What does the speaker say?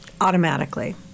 automatically